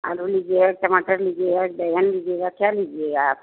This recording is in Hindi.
आलू लीजिएगा टमाटर लीजिएगा कि बैगन लीजिएगा क्या लीजिएगा आप